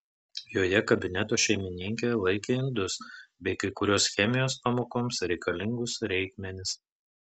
joje kabineto šeimininkė laikė indus bei kai kuriuos chemijos pamokoms reikalingus reikmenis